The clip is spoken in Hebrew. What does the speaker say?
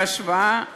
בהשוואה בין-לאומית.